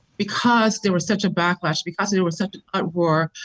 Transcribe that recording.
because there was such a back lash, because there was such an uproar,